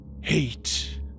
hate